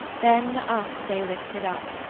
then us they lifted up,